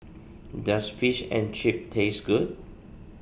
does Fish and Chips taste good